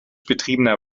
betriebener